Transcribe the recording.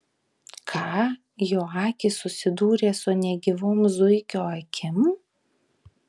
ką jo akys susidūrė su negyvom zuikio akim